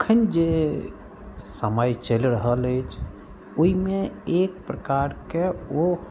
अखन जे समय चलि रहल अछि ओहिमे एक प्रकारके ओ